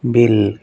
bill